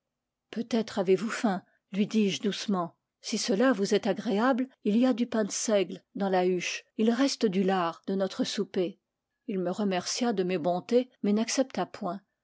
peut-être avez-vous faim lui dis-je doucement si cela vous est agréable il y a du pain de seigle dans la huche et il reste du lard de notre souper il me remercia de mes bontés mais n'accepta point